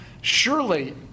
Surely